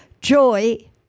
joy